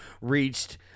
reached